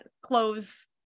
clothes